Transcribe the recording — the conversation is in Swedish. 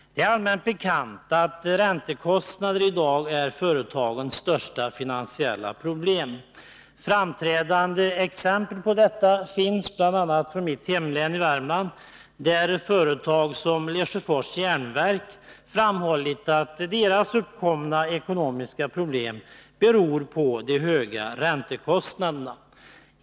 Det är allmänt bekant att räntekostnaderna i dag är företagens största finansiella problem. Framträdande exempel på detta finns bl.a. från mitt hemlän Värmland, där företag som Lesjöfors järnverk framhållit att deras uppkomna ekonomiska problem beror på de höga räntekostnaderna.